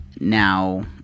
Now